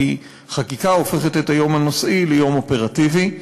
כי חקיקה הופכת את היום הנושאי ליום אופרטיבי.